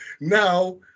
now